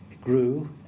grew